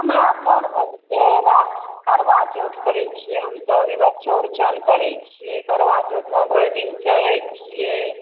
हमरा पर्व होइत छै करवाचौथ करैत छियै हमसभ ओहिके बाद चौरचन करैत छियै करवाचौथमे भरि दिन सहैत छियै